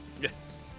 Yes